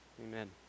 Amen